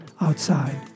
outside